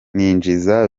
ninjiza